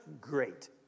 great